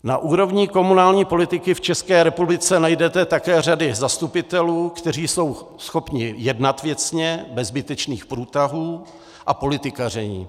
Na úrovni komunální politiky v České republice najdete také řady zastupitelů, kteří jsou schopni jednat věcně, bez zbytečných průtahů a politikaření.